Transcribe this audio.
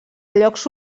llocs